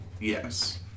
Yes